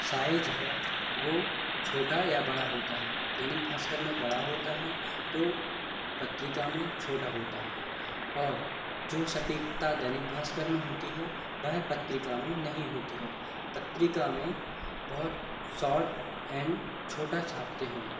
size है वो छोटा या बड़ा होता है दैनिक भास्कर में बड़ा होता है तो पत्रिका में छोटा होता है और जो सटीकता दैनिक भास्कर में होती है वेह पत्रिका में नहीं होती है पत्रिका में बहुत शॉर्ट एंड छोटा छापते हैं